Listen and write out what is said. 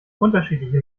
unterschiedliche